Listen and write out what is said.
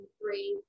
three